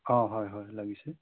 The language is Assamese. অঁ হয় হয় লাগিছে